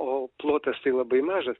o plotas tai labai mažas